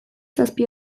zazpi